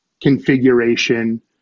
configuration